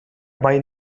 mai